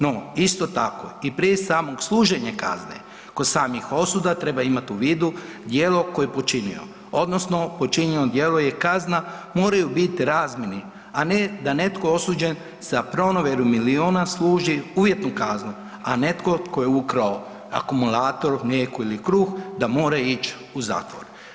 No isto tako i prije samog služenja kazne, kod samih osuda treba imati u vidu djelo koje je počinio odnosno počinjeno djelo i kazna moraju biti razmjerni, a ne da netko osuđen sa pronevjerom miliona služi uvjetnu kaznu, a netko tko je ukrao akumulator, mlijeko ili kruh da mora ići u zatvor.